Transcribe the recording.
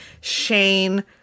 Shane